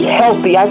healthy